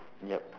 yup